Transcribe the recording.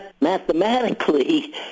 Mathematically